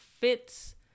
fits